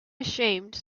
ashamed